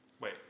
Wait